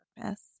purpose